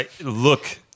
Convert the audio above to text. Look